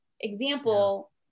example